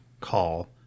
call